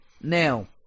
now